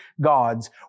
gods